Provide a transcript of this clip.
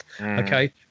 Okay